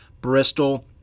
bristol